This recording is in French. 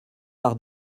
par